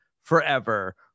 forever